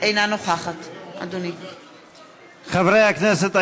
אינה נוכחת חברי הכנסת,